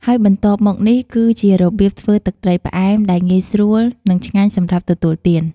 ហើយបន្ទាប់មកនេះគឺជារបៀបធ្វើទឹកត្រីផ្អែមដែលងាយស្រួល និងឆ្ងាញ់សម្រាប់ទទួលទាន។